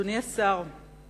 אדוני השר,